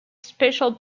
special